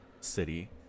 city